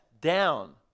down